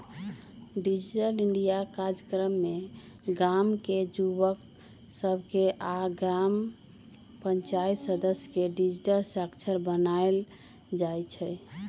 digital India काजक्रम में गाम के जुवक सभके आऽ ग्राम पञ्चाइत सदस्य के डिजिटल साक्षर बनाएल जाइ छइ